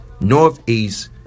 northeast